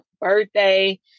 birthday